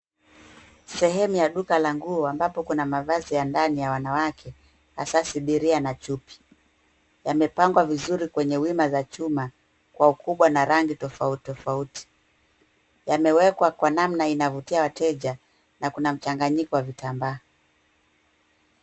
Sehemu ya duka la nguo ambapo kuna mavazi ya ndani ya wanawake hasaa sidiria na chupi. Yamepangwa vizuri kwenye wima za chuma, kwa ukubwa na rangi tofauti tafauti. Yamewekwa kwa namna inavutia wateja na kuna mchanganyiko wa vitambaa.